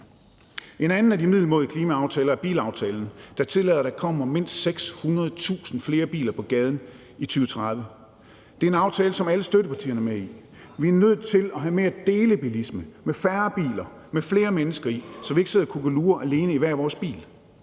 En anden af de middelmådige klimaaftaler er bilaftalen, der tillader, at der kommer mindst 600.000 flere biler på gaden i 2030. Det er en aftale, som alle støttepartierne er med i. Vi er nødt til at have mere delebilisme med færre biler med flere mennesker i, så vi ikke sidder og kukkelurer alene i hver vores bil.